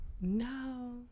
No